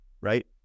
right